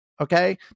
Okay